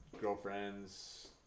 girlfriend's